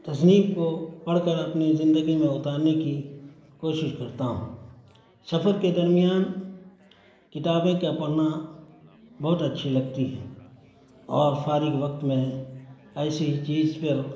تصنیف کو پڑھ کر اپنی زندگی میں اتارنے کی کوشش کرتا ہوں سفر کے درمیان کتابیں کیا پڑھنا بہت اچھی لگتی ہیں اور فارغ وقت میں ایسی چیز پر